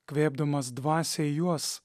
kvėpdamas dvasią į juos